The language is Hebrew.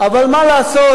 אבל מה לעשות,